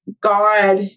God